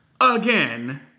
again